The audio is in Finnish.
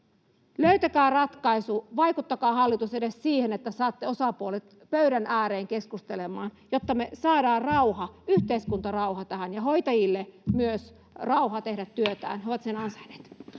Löytäkää ratkaisu. Vaikuttakaa, hallitus, edes siihen, että saatte osapuolet pöydän ääreen keskustelemaan, jotta me saadaan rauha, yhteiskuntarauha ja myös hoitajille rauha tehdä työtään. [Puhemies